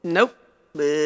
Nope